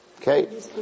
Okay